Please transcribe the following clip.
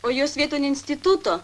o jos vieton instituto